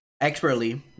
expertly